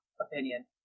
opinion